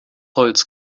holz